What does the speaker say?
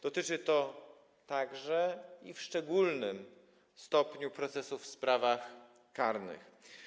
Dotyczy to także, w szczególnym stopniu, procesów w sprawach karnych.